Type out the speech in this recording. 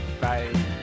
Bye